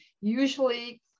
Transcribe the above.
usually